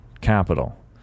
capital